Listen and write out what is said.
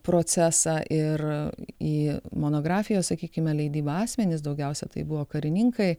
procesą ir į monografijos sakykime leidybą asmenys daugiausiai tai buvo karininkai